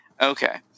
Okay